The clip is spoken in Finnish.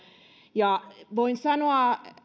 ja voin sanoa